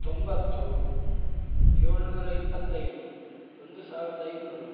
ತೊಂಬತ್ತು ಏಳುನೂರ ಇಪ್ಪತ್ತೈದು ಒಂದು ಸಾವಿರದ ಐನೂರು